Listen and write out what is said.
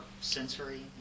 sensory